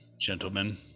gentlemen